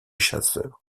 chasseur